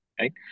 right